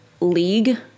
league